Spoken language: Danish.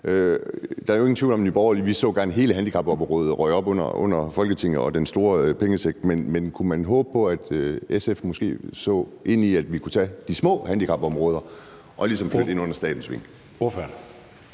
Der er ingen tvivl om, at vi i Nye Borgerlige gerne så, at hele handicapområdet røg op under Folketinget og den store pengesæk, men kunne man håbe på, at SF måske ville se på, at vi kunne tage de små handicapområder og ligesom få dem ind under statens vinger?